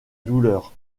douleur